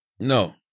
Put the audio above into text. No